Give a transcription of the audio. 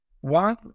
One